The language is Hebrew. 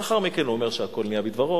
ולאחר מכן הוא אומר "שהכול נהיה בדברו",